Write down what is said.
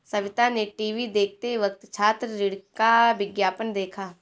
सविता ने टीवी देखते वक्त छात्र ऋण का विज्ञापन देखा